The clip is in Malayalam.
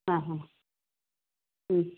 ആ ആ ഹാ മ്